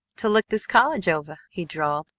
to look this college ovah! he drawled.